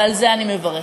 ועל זה אני מברכת.